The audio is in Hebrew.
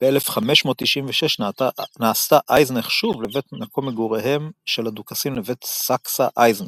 ב-1596 נעשתה אייזנך שוב למקום מגוריהם של הדוכסים לבית סאקסה-אייזנך.